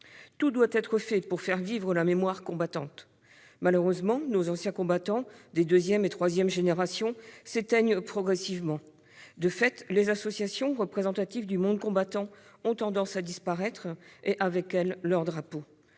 Tout doit être entrepris pour faire vivre la mémoire combattante. Malheureusement, nos anciens combattants des deuxième et troisième générations du feu s'éteignent progressivement. De fait, les associations représentatives du monde combattant ont tendance à disparaître et, avec elles, leurs drapeaux.